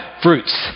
fruits